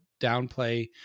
downplay